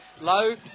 low